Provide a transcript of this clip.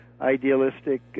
idealistic